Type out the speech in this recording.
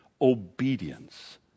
obedience